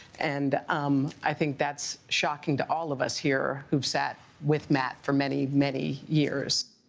and um i think that's shocking to all of us here who've sat with matt for many, many years.